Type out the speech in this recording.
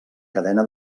cadena